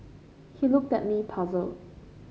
he looked at me puzzled